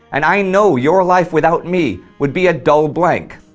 and i know your life without me would be a dull blank.